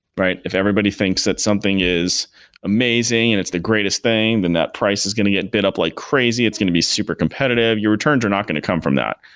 but if everybody thinks that something is amazing and it's the greatest thing, then that price is going to get bit up like crazy. it's going to be super competitive. your returns are not going to come from that.